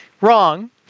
Wrong